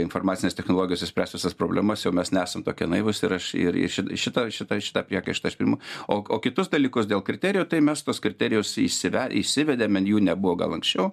informacinės technologijos išspręs visas problemas jau mes nesam tokie naivūs ir aš ir iš šitą šitą šitą priekaištą aš priimu o o kitus dalykus dėl kriterijų tai mes tuos kriterijus įsive įsivedėm ten jų nebuvo gal anksčiau